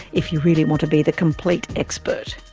if you really want to be the complete expert.